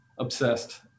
Obsessed